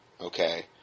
okay